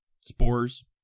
Spores